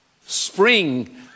Spring